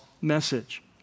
message